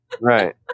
Right